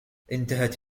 انتهت